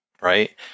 right